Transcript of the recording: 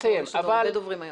יש הרבה דוברים היום.